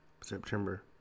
September